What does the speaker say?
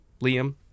Liam